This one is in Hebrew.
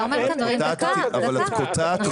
אתה אומר כאן דברים --- אבל את קוטעת אותי.